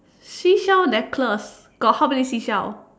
seashell necklace got how many seashell